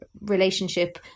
relationship